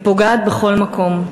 והיא פוגעת בכל מקום: